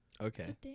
okay